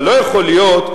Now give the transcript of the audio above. אבל לא יכול להיות,